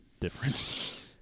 difference